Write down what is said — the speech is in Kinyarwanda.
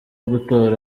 gutora